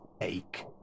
ache